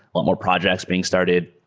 ah more projects being started.